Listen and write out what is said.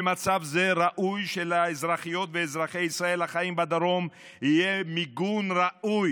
במצב זה ראוי שלאזרחיות ואזרחי ישראל החיים בדרום יהיה מיגון ראוי,